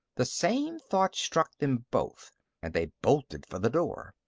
the same thought struck them both and they bolted for the door.